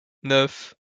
neuf